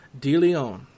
DeLeon